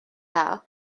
dda